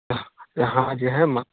अहाँ जे हइ ने